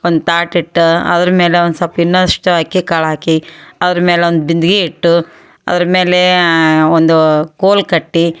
ಒಂದು ತಾಟು ಇಟ್ಟು ಅದ್ರ ಮೇಲೆ ಒಂದು ಸ್ವಲ್ಪ್ ಇನ್ನಷ್ಟು ಅಕ್ಕಿ ಕಾಳು ಹಾಕಿ ಅದ್ರ ಮೇಲೆ ಒಂದು ಬಿಂದ್ಗೆ ಇಟ್ಟು ಅದ್ರ ಮೇಲೆ ಒಂದು ಕೋಲು ಕಟ್ಟಿ